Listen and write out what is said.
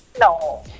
No